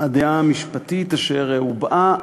הדעה המשפטית אשר הובעה,